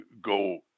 go